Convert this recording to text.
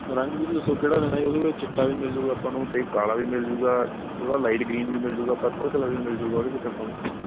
ਰੰਗ ਤੁਸੀਂ ਦੱਸੋ ਕਿਹੜਾ ਲੈਣਾ ਜੀ ਉਹਦੇ ਵਿੱਚ ਚਿੱਟਾ ਵੀ ਮਿਲ ਜਾਊਗਾ ਆਪਾਂ ਨੂੰ ਅਤੇ ਕਾਲਾ ਵੀ ਮਿਲ ਜਾਊਗਾ ਥੋੜ੍ਹਾ ਲਾਈਟ ਗਰੀਨ ਵੀ ਮਿਲ ਜਾਊਗਾ ਪਰਪਲ ਕਲਰ ਵੀ ਮਿਲ ਜਾਊਗਾ ਉਹਦੇ ਵਿੱਚ ਆਪਾਂ ਨੂੰ